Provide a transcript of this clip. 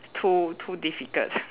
too too difficult